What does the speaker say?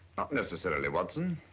necessarily, watson.